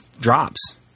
drops